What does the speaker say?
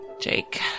Jake